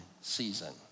season